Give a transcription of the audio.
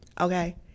Okay